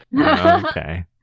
Okay